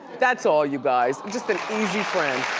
that's all, you guys, just an easy friend.